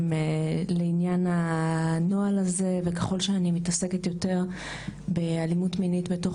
לעניין הנוהל הזה וככל שאני מתעסקת יותר באלימות מינית בתוך